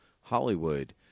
Hollywood